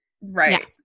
Right